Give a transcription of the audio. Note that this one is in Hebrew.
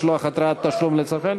משלוח התראת תשלום לצרכן),